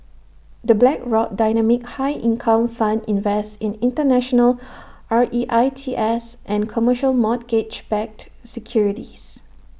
the Blackrock dynamic high income fund invests in International R E I T S and commercial mortgage backed securities